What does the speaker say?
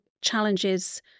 challenges